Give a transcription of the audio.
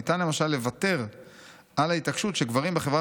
ניתן למשל לוותר על ההתעקשות שגברים בחברה